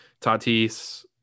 tatis